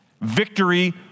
victory